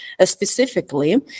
specifically